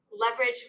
leverage